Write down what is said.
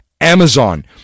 Amazon